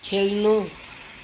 खेल्नु